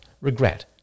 regret